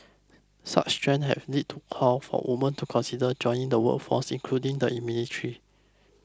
such trends have lead to calls for women to consider joining the workforce including the in military